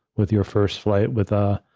with your first flight with ah